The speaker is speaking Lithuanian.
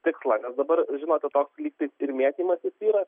tikslą nes dabar žinote toks lyg tai ir mėtymasis yra